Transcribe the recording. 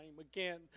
again